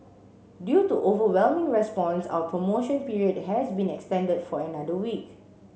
due to overwhelming response our promotion period has been extended for another week